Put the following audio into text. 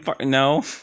No